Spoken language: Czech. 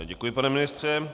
Děkuji, pane ministře.